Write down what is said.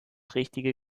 richtige